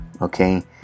Okay